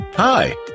Hi